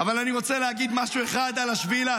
אבל אני רוצה להגיד משהו אחד על 7,